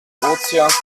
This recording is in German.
ozeans